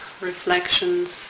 reflections